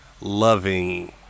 loving